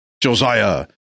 Josiah